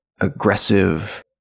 aggressive